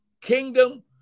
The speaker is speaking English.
kingdom